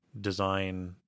design